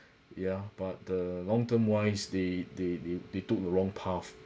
ya but the long term wise they they they they took the wrong path